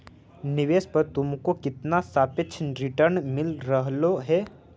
निवेश पर तुमको कितना सापेक्ष रिटर्न मिल रहलो हे